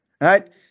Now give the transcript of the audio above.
right